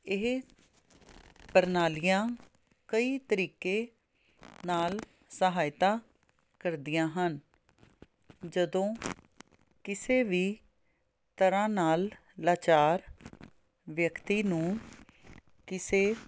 ਇਹ ਪ੍ਰਣਾਲੀਆਂ ਕਈ ਤਰੀਕੇ ਨਾਲ ਸਹਾਇਤਾ ਕਰਦੀਆਂ ਹਨ ਜਦੋਂ ਕਿਸੇ ਵੀ ਤਰ੍ਹਾਂ ਨਾਲ ਲਾਚਾਰ ਵਿਅਕਤੀ ਨੂੰ ਕਿਸੇ